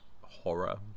horror